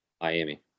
Miami